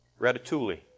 Ratatouille